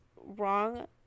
wrong